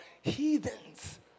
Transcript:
heathens